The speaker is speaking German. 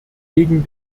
gegen